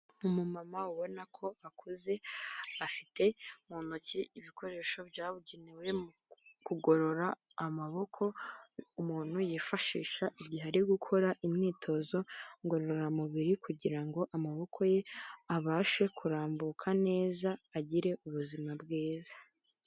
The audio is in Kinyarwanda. Umumama ubona ko akuze afite mu ntoki ibikoresho byabugenewe mu kugorora amaboko umuntu yifashisha igihe ari gukora imyitozo ngororamubiri kugira ngo amaboko ye abashe kurambuka neza agire ubuzima bwiza.